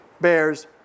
bears